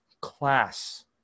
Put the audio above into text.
class